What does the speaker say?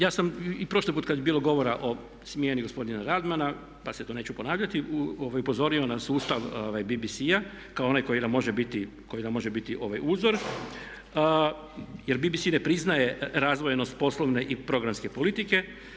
Ja sam i prošli put kad je bilo govora o smjeni gospodina Radmana pa se to neću ponavljati upozorio na sustav BBC-a kao onaj koji nam može biti uzor jer BBC ne priznaje razdvojenost poslovne i programske politike.